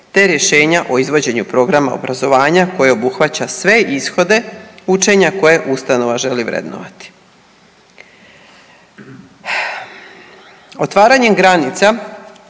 te rješenja o izvođenju programa obrazovanja koje obuhvaća sve ishode učenja koje ustanova želi vrednovati. Otvaranjem granica